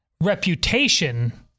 reputation